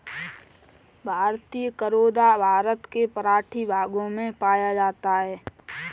भारतीय करोंदा भारत के पठारी भागों में पाया जाता है